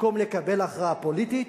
במקום לקבל הכרעה פוליטית,